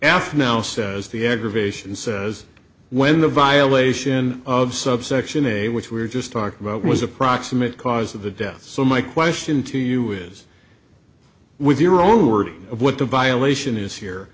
afa now says the aggravation says when the violation of subsection a which we just talked about was a proximate cause of the death so my question to you is with your own words of what the violation is here